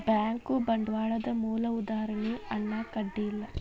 bank ಬಂಡ್ವಾಳದ್ ಮೂಲ ಉದಾಹಾರಣಿ ಅನ್ನಾಕ ಅಡ್ಡಿ ಇಲ್ಲಾ